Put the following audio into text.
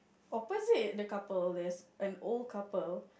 opposite the couple there's an old couple